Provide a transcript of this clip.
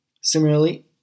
Similarly